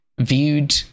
viewed